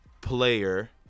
player